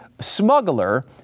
smuggler